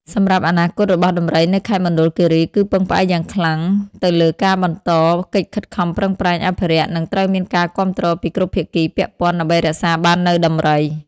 សម្រាប់អនាគតរបស់ដំរីនៅខេត្តមណ្ឌលគិរីគឺពឹងផ្អែកយ៉ាងខ្លាំងទៅលើការបន្តកិច្ចខិតខំប្រឹងប្រែងអភិរក្ស និងត្រូវមានការគាំទ្រពីគ្រប់ភាគីពាក់ព័ន្ធដើម្បីរក្សាបាននូវដំរី។